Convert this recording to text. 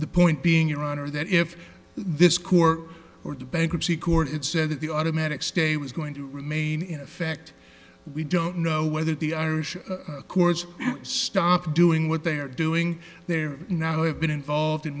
the point being your honor that if this core or the bankruptcy court said that the automatic stay was going to remain in effect we don't know whether the irish accords stopped doing what they are doing there now i've been involved in